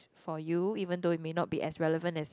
for you even though it may not be as relevant as